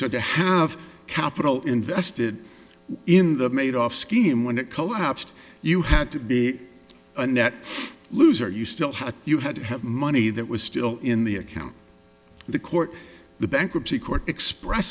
so to have capital invested in the made off scheme when it collapsed you had to be a net loser you still had you had to have money that was still in the account the court the bankruptcy court